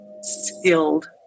skilled